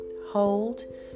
hold